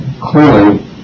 Clearly